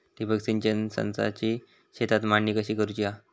ठिबक सिंचन संचाची शेतात मांडणी कशी करुची हा?